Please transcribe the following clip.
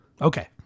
Okay